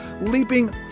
leaping